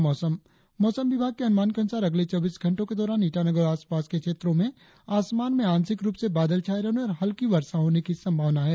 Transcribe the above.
और अब मौसम मौसम विभाग के अनुमान के अनुसार अगले चौबीस घंटो के दौरान ईटानगर और आसपास के क्षेत्रो में आसमान में आंशिक रुप से बादल छाये रहने और हल्की वर्षा होने की संभावना है